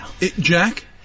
Jack